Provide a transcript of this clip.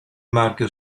marchio